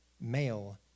Male